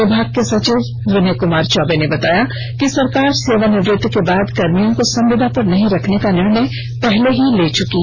विभाग के सचिव विनय कमार चौबे ने बताया कि सरकार सेवानिवृति के बाद कर्भियों को संविदा पर नहीं रखने का निर्णय पहले ही ले चुकी है